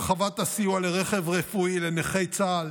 הרחבת הסיוע לרכב רפואי לנכי צה"ל